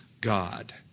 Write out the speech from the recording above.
God